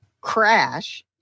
crash